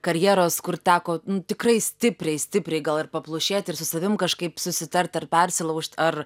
karjeros kur teko tikrai stipriai stipriai gal ir paplušėti ir su savim kažkaip susitart ar persilaužt ar